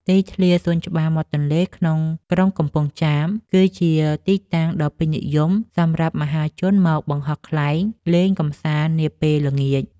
ទីធ្លាសួនច្បារមាត់ទន្លេក្នុងក្រុងកំពង់ចាម គឺជាទីតាំងដ៏ពេញនិយមសម្រាប់មហាជនមកបង្ហោះខ្លែងលេងកម្សាន្តនាពេលល្ងាច។